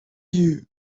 you